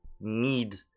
need